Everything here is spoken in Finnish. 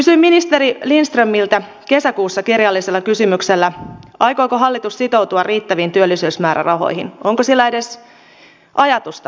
kysyin ministeri lindströmiltä kesäkuussa kirjallisella kysymyksellä aikooko hallitus sitoutua riittäviin työllisyysmäärärahoihin onko sillä edes ajatusta tehdä sitä